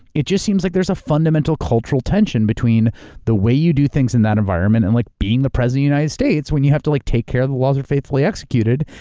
it just seems like there's fundamental cultural tension between the way you do things in that environment, and like being the president of united states, when you have to like take care the laws are faithfully executed.